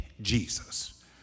Jesus